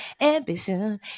ambition